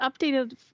updated